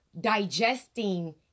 digesting